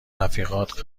رفیقات